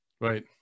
right